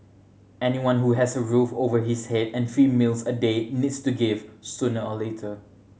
anyone who has a roof over his head and three meals a day needs to give sooner or later